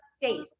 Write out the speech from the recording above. safe